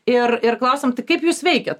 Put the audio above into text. ir ir klausiam tai kaip jūs veikiat